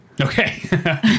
Okay